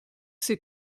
ses